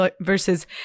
versus